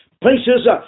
places